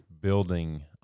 building